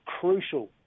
crucial